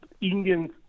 Indian